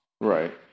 Right